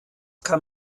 kann